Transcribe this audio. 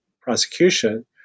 prosecution